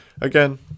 again